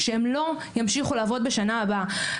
שהן לא ימשיכו לעבוד בשנה הבאה.